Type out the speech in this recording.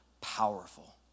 powerful